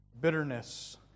Bitterness